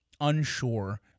unsure